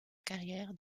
carrière